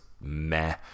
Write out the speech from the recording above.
meh